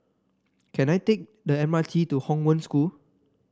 can I take the M R T to Hong Wen School